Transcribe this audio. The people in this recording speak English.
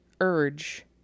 urge